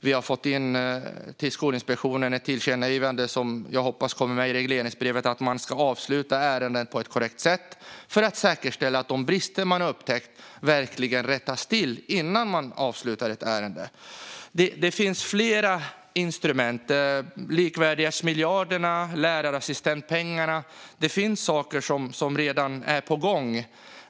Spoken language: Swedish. Det har riktats ett tillkännagivande om Skolinspektionen, som jag hoppas kommer med i regleringsbrevet, gällande att man ska avsluta ärenden på ett korrekt sätt för att säkerställa att de brister som har upptäckts verkligen rättas till innan man avslutar ett ärende. Det finns flera instrument, som likvärdighetsmiljarderna och lärarassistentpengarna. Det finns saker som redan är på gång.